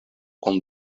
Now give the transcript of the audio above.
kun